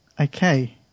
Okay